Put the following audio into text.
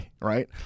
right